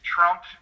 Trump